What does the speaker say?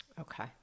Okay